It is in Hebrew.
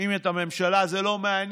אם את הממשלה זה לא מעניין.